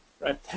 right